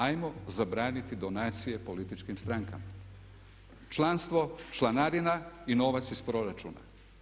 Ajmo zabraniti donacije političkim strankama, članstvo, članarina i novac iz proračuna.